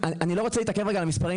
רוצה להתעכב על המספרים,